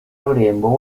rurembo